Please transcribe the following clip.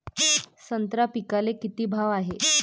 संत्रा पिकाले किती भाव हाये?